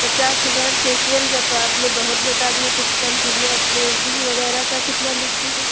پچاس ہزار فیشئل کا تو آپ نے بہت بتا دیا کچھ کم کیجیے اور تھریڈنگ وغیرہ کا کتنا لیتی ہیں